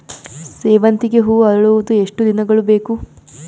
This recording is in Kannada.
ಸೇವಂತಿಗೆ ಹೂವು ಅರಳುವುದು ಎಷ್ಟು ದಿನಗಳು ಬೇಕು?